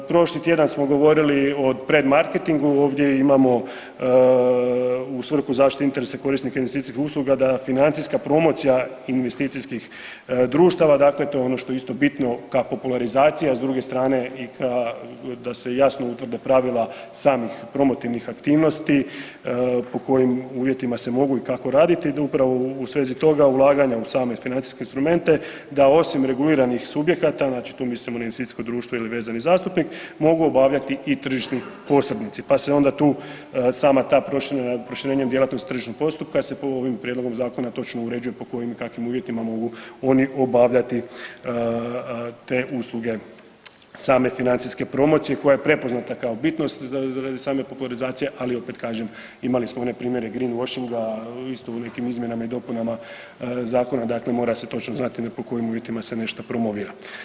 Prošli tjedan smo govorili o predmaketingu, ovdje imamo u svrhu zaštite interesa korisnika investicijskih usluga da financijska promocija investicijskih društava, dakle to je ono što je isto bitno ka popularizacija s druge strane i ka, da se jasno utvrde pravila samih promotivnih aktivnosti po kojim uvjetima se mogu i kako raditi da upravo u svezi toga ulaganja u same financijske instrumente da osim reguliranih subjekata, znači tu mislimo na investicijsko društvo ili vezani zastupnik, mogu obavljati i tržišni posrednici, pa se onda tu sama ta proširena, proširenjem djelatnosti tržišnog postupka se ovim prijedlogom zakona točno uređuje po kojim i kakvim uvjetima mogu oni obavljati te usluge same financijske promocije koja je prepoznata kao bitnost same … [[Govornik se ne razumije]] , ali opet kažem imali smo one primjere „grinvošinga“ isto u nekim izmjenama i dopunama zakona, dakle mora se točno znati po kojim uvjetima se nešto promovira.